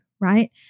right